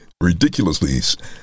ridiculously